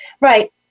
right